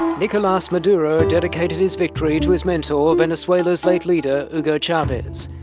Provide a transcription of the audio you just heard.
nicolas maduro dedicated his victory to his mentor, venezuela's late leader hugo chavez.